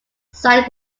site